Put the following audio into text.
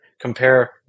compare